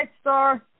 Star